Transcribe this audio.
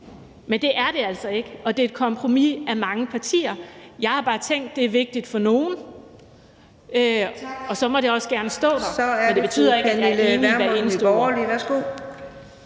Men det var det altså ikke, og det er et kompromis mellem mange partier. Jeg har bare tænkt, at det er vigtigt for nogle, og at det så også gerne må stå der. Men det betyder ikke, at vi er enige i hvert eneste ord.